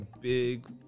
big